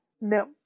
No